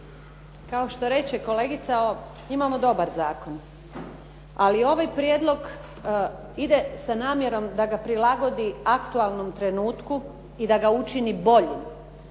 Kao što reče kolegica, imamo dobar zakon, ali ovaj prijedlog ide sa namjerom da ga prilagodi aktualnom trenutku i da ga učini boljim,